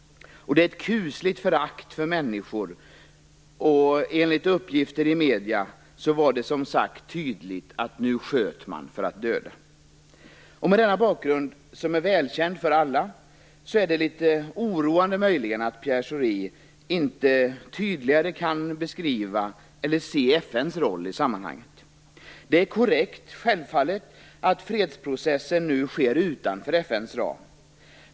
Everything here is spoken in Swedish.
Detta visar ett kusligt förakt för människor. Enligt uppgifter i medierna var det som sagt tydligt att man nu sköt för att döda. Mot denna bakgrund, som är välkänd för alla, är det möjligen litet oroande att Pierre Schori inte tydligare kan beskriva eller se FN:s roll i sammanhanget. Självfallet är det korrekt att fredsprocessen nu sker utanför FN:s ram.